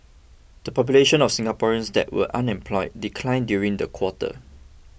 the population of Singaporeans that were unemployed declined during the quarter